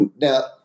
Now